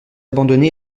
abandonné